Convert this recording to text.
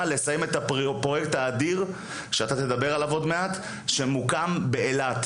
לסיים את הפרויקט האדיר שמוקם באילת.